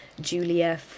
Julia